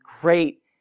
great